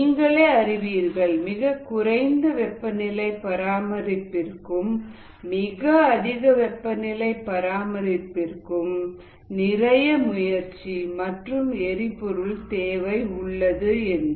நீங்களே அறிவீர்கள் மிகக் குறைந்த வெப்பநிலை பராமரிப்பிற்கும் மிக அதிக வெப்பநிலை பராமரிப்பிற்கும் நிறைய முயற்சி மற்றும் எரிபொருள் தேவை உள்ளது என்று